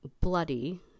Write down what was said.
bloody